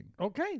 Okay